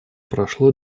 прошло